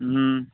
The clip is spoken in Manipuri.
ꯎꯝ